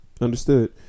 understood